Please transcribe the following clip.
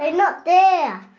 and not there.